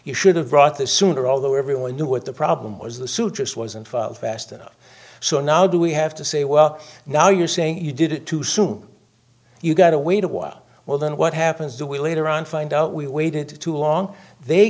you should have brought this sooner although everyone knew what the problem was the suit just wasn't fast enough so now do we have to say well now you're saying you did it too soon you got to wait a while well then what happens do we later on find out we waited too long they